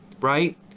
right